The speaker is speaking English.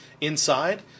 inside